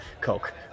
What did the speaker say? Coke